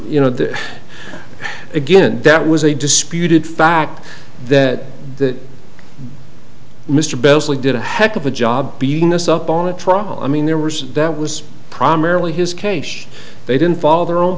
you know there again that was a disputed fact that that mr bell's lee did a heck of a job being us up on a trial i mean there was that was primarily his case they didn't follow their own